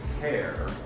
care